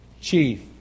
Chief